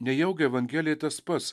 nejaugi evangelijai tas pats